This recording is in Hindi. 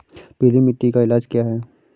पीली मिट्टी का इलाज क्या है?